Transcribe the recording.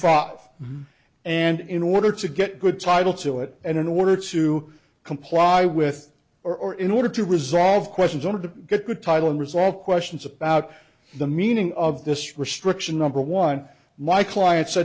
five and in order to get good title to it and in order to comply with or in order to resolve questions or to get the title unresolved questions about the meaning of this restriction number one my client